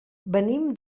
venim